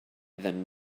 than